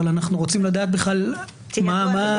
אבל אנו רוצים לדעת מה ההיקפים.